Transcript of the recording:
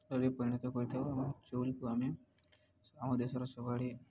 ପରିଣତ କରିଥାଉ ଏବଂ ଚଲକୁ ଆମେ ଆମ ଦେଶର ସୁଡ଼